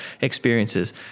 experiences